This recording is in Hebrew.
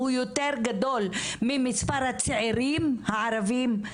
הוא יותר גדול ממספר הצעירים הערבים.